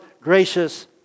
gracious